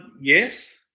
yes